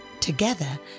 Together